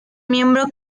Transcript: miembro